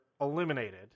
eliminated